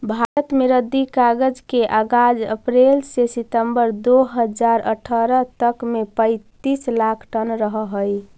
भारत में रद्दी कागज के आगाज अप्रेल से सितम्बर दो हज़ार अट्ठरह तक में पैंतीस लाख टन रहऽ हई